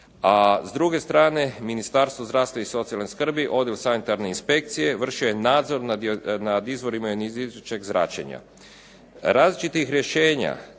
A s druge strane Ministarstvo zdravstva i socijalne skrbi Odjel sanitarne inspekcije vršio je nadzor nad izvorima ionizirajućeg zračenja. Različitih rješenja